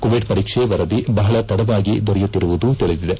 Covid ಪರೀಕ್ಷೆ ವರದಿ ಬಹಳ ತಡವಾಗಿ ದೊರೆಯುತ್ತಿರುವುದು ತಿಳಿದಿದೆ